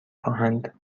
خواهند